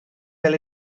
fel